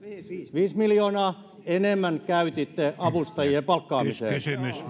viisi miljoonaa enemmän käytitte avustajien palkkaamiseen